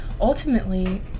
ultimately